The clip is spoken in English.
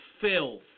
filth